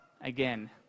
again